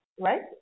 right